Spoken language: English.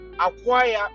acquire